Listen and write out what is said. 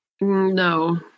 No